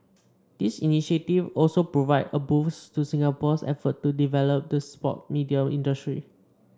this initiative also provide a boost to Singapore's efforts to develop the sports media industry